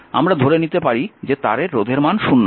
আমরা ধরে নিতে পারি যে তারের রোধের মান 0 হয়